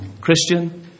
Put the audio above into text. Christian